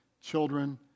children